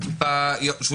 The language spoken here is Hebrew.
אני